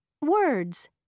Words